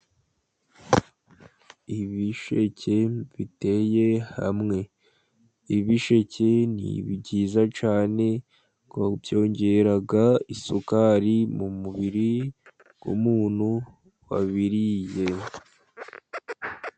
Ibisheke biteye hamwe. Ibisheke ni byiza cyane ngo byongera isukari mu mubiri w'umuntu wabiriye.